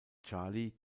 charlie